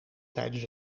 tijdens